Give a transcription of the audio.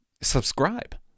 subscribe